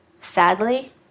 Sadly